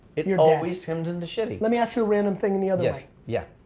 it always turns into shitty. let me ask you a random thing in the other yeah yeah